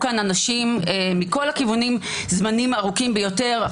כאן אנשים מכל הכיוונים זמנים ארוכים ביותר.